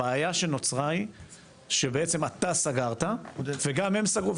הבעיה שנוצרה היא שבעצם אתה סגרת, וגם הם סגרו.